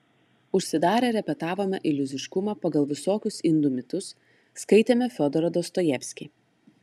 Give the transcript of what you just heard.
užsidarę repetavome iliuziškumą pagal visokius indų mitus skaitėme fiodorą dostojevskį